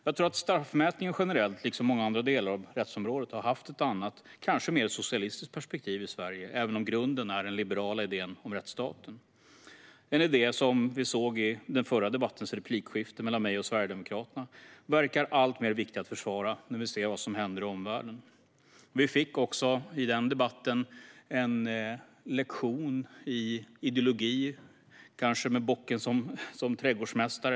Jag tror att straffutmätningen generellt liksom många andra delar av rättsområdet har haft ett annat, kanske mer socialistiskt perspektiv i Sverige även om grunden är den liberala idén om rättsstaten. Som vi såg i den förra debattens replikskifte mellan mig och Sverigedemokraterna är det en idé som verkar alltmer viktig att försvara när vi ser vad som händer i omvärlden. I den debatten fick vi också en lektion i ideologi, kanske med bocken som trädgårdsmästare.